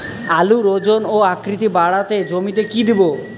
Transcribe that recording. আলুর ওজন ও আকৃতি বাড়াতে জমিতে কি দেবো?